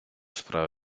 справа